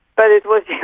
but it was